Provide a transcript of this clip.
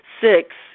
Six